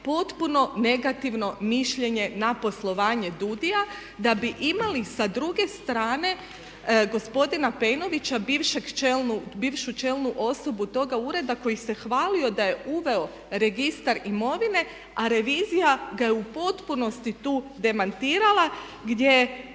potpuno negativno mišljenje na poslovanje DUUDI-a. Da bi imali s druge strane gospodina Pejnovića bivšu čelnu osobu toga ureda koji se hvalio da je uveo registar imovine a revizija ga je u potpunosti tu demantirala gdje je